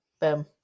Boom